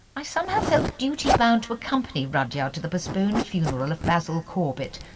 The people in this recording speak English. i somehow felt duty bound to accompany rudyard to the postponed funeral of basil corbett,